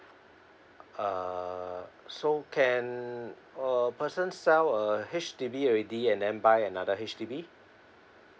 uh so can uh person sell a H_D_B already and then buy another H_D_B